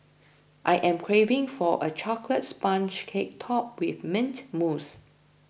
I am craving for a Chocolate Sponge Cake Topped with Mint Mousse